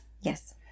yes